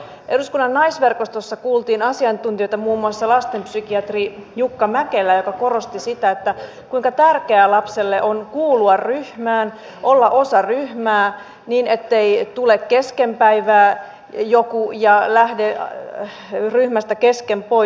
eduskunnan naisverkostossa kuultiin asiantuntijoita muun muassa lastenpsykiatri jukka mäkelää joka korosti sitä kuinka tärkeää lapselle on kuulua ryhmään olla osa ryhmää niin ettei tule joku kesken päivää ja lähde joku ryhmästä kesken pois